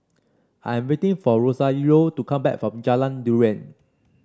I am waiting for Rosario to come back from Jalan Durian